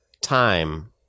time